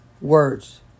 words